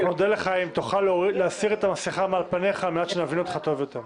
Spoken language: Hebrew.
נודה לך אם תוכל להסיר את המסכה מעל פניך על מנת שנבין אותך טוב יותר.